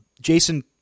Jason